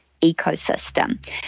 ecosystem